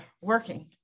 working